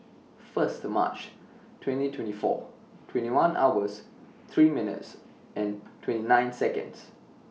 First March twenty twenty four twenty one hours three minutes and twenty nine Seconds